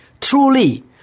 Truly